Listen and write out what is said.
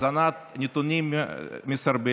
הזנת נתונים מסרבלים,